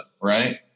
right